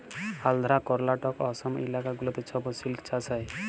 আল্ধ্রা, কর্লাটক, অসম ইলাকা গুলাতে ছব সিল্ক চাষ হ্যয়